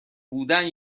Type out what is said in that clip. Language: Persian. بودن